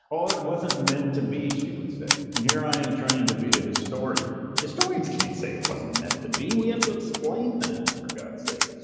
oh, it wasn't meant to be, she would say. and here i am trying to be a historian. historians can't say it wasn't meant to be. we have to explain things. for god sakes.